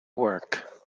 work